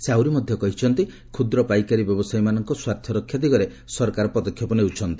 ସେ କହିଛନ୍ତି କ୍ଷୁଦ୍ର ପାଇକାରୀ ବ୍ୟବସାୟୀମାନଙ୍କ ସ୍ୱାର୍ଥରକ୍ଷା ଦିଗରେ ସରକାର ପଦକ୍ଷେପ ନେଉଛନ୍ତି